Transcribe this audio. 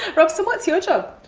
rob, so what's your job?